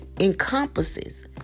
encompasses